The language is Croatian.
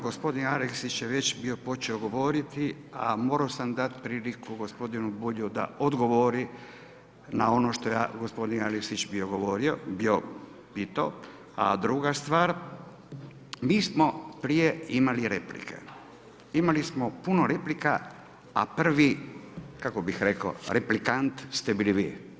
Gospodin Aleksić je već bio počeo govoriti, a moramo sam dati priliku gospodinu Bulju da odgovori, na ono što je gospodin Aleksić bio govorio … A druga stvar, mi smo prije imali replike, imali smo puno replika, a prvi kako bi rekao, replikant ste bili vi.